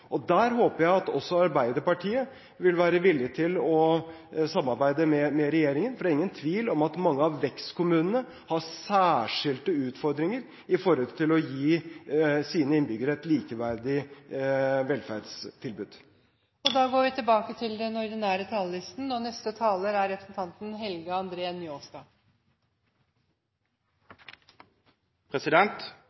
utfordringer. Der håper jeg at også Arbeiderpartiet vil være villig til å samarbeide med regjeringen, for det er ingen tvil om at mange av vekstkommunene har særskilte utfordringer knyttet til å gi sine innbyggere et likeverdig velferdstilbud. Replikkordskiftet er slutt. Eg merka meg tidleg i dagens debatt at representanten Jonas Gahr Støre sa at kommunane har det så romsleg at dei er i stand til